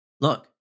Look